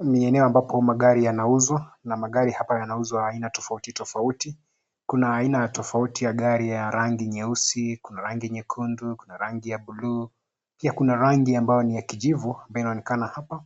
Ni eneo ambapo magari yanauzwa na magari hapa yanauzwa aina tofauti tofauti. Kuna aina tofauti ya gari ya rangi nyeusi, kuna rangi nyekundu, kuna rangi ya buluu pia kuna rangi ambayo ni ya kijivu na inaonekana hapa